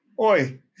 Oi